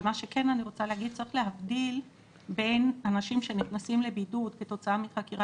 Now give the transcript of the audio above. צריך להבדיל בין אנשים שנכנסים לבידוד כתוצאה מחקירה